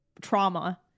trauma